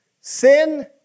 Sin